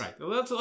Right